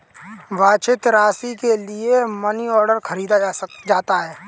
वांछित राशि के लिए मनीऑर्डर खरीदा जाता है